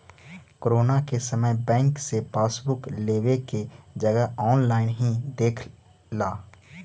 corona के समय bank से पासबुक लेवे के जगह ऑनलाइन ही देख ला